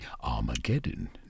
Armageddon